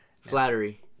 flattery